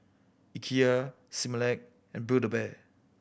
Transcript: Ikea Similac and Build A Bear